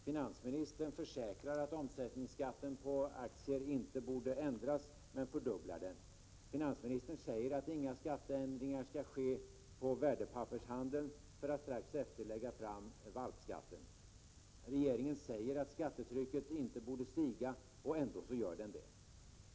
Finansministern försäkrar att omsättningsskatten på aktier inte borde ändras men fördubblar den. Finansministern säger att inga skatteändringar skall ske på värdepappershandeln för att strax därefter lägga fram förslaget om valpskatten. Regeringen säger att skattetrycket inte borde stiga och ändå stiger det.